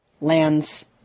lands